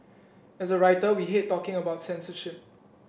as a writer we hate talking about censorship